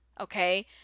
okay